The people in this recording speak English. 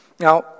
Now